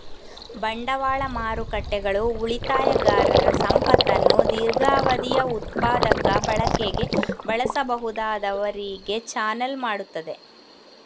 ಬಂಡವಾಳ ಮಾರುಕಟ್ಟೆಗಳು ಉಳಿತಾಯಗಾರರ ಸಂಪತ್ತನ್ನು ದೀರ್ಘಾವಧಿಯ ಉತ್ಪಾದಕ ಬಳಕೆಗೆ ಬಳಸಬಹುದಾದವರಿಗೆ ಚಾನಲ್ ಮಾಡುತ್ತವೆ